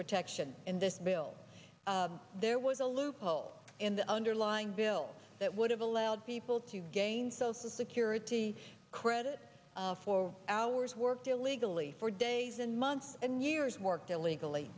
protection in this bill there was a loophole in the underlying bill that would have allowed people to gain social security credit for hours worked illegally for days and months and years worked illegally